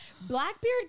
Blackbeard